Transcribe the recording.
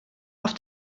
auf